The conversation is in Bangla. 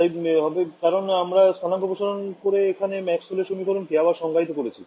তাই হবে কারণ আমরা স্থানাঙ্ক প্রসারন করে এখানে ম্যাক্সওয়েল এর সমীকরণ কে আবার সংজ্ঞায়িত করেছি